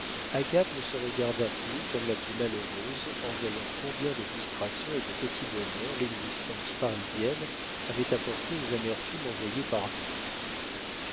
agathe ne se regarda plus comme la plus malheureuse en voyant combien de distractions et de petits bonheurs l'existence parisienne avait apportés aux amertumes envoyées par dieu